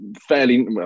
fairly